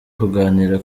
kuganira